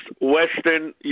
western